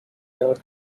撤销